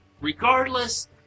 Regardless